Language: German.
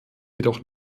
jedoch